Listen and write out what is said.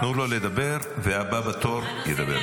תנו לו לדבר, והבא בתור ידבר.